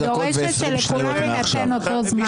אני דורשת שלכולם יינתן אותו זמן.